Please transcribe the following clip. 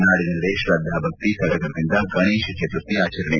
ನಾಡಿನೆಲ್ಲೆಡೆ ಶ್ರದ್ದಾಭಕ್ತಿ ಸಡಗರದಿಂದ ಗಣೇಶ ಚತುರ್ಥಿ ಆಚರಣೆ